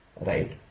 right